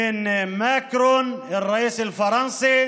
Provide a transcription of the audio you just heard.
ביום הזיכרון הזה בפרט,